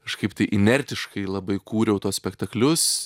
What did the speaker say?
kažkaip tai inertiškai labai kūriau tuos spektaklius